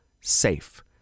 SAFE